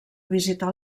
visitar